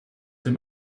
dem